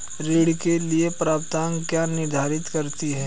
ऋण के लिए पात्रता क्या निर्धारित करती है?